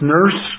Nurse